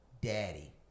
daddy